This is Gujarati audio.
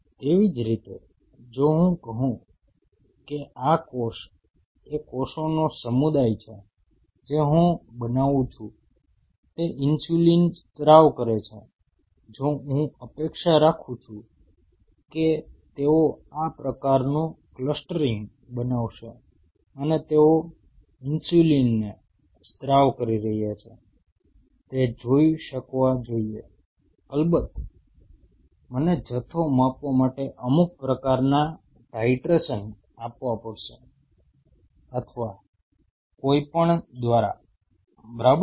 તેવી જ રીતે જો હું કહું કે આ કોષ એ કોષોનો સમુદાય છે જે હું બનાવું છું તે ઇન્સ્યુલિન સ્ત્રાવ કરે છે તો હું અપેક્ષા રાખું છું કે તેઓ આ પ્રકારનું ક્લસ્ટરિંગ બનાવશે અને તેઓ ઇન્સ્યુલિનને સ્ત્રાવ કરી રહ્યા છે તે જોઈ શકવા જોઈએ અલબત્ત મને જથ્થો માપવા માટે અમુક પ્રકારના ટાઇટ્રેશન આપવા પડશે અથવા કોઈપણ દ્વારા બરાબર છે